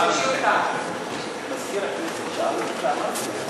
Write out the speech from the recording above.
שני חברי כנסת שהעזו לשאול.